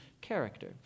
character